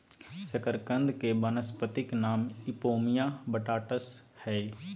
शकरकंद के वानस्पतिक नाम इपोमिया बटाटास हइ